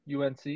UNC